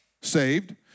Saved